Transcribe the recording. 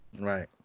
Right